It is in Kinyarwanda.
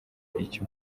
icyo